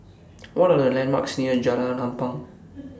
What Are The landmarks near Jalan Ampang